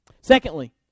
Secondly